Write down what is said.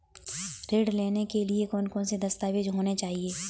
ऋण लेने के लिए कौन कौन से दस्तावेज होने चाहिए?